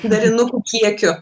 darinukų kiekiu